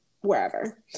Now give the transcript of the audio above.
wherever